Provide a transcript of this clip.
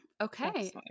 okay